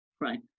right